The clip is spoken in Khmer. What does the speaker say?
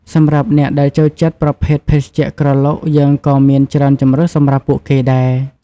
សម្រាប់អ្នកដែលចូលចិត្តប្រភេទភេសជ្ជៈក្រឡុក យើងក៏មានច្រើនជម្រើសសម្រាប់ពួកគេដែរ។